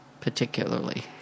particularly